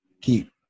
Keep